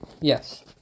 Yes